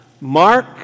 Mark